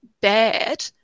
bad